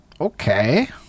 Okay